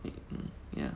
mm ya